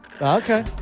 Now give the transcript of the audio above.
Okay